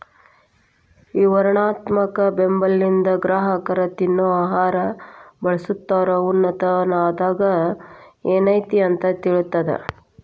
ವಿವರಣಾತ್ಮಕ ಲೇಬಲ್ಲಿಂದ ಗ್ರಾಹಕರ ತಿನ್ನೊ ಆಹಾರ ಬಳಸ್ತಿರೋ ಉತ್ಪನ್ನದಾಗ ಏನೈತಿ ಅಂತ ತಿಳಿತದ